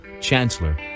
Chancellor